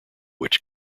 which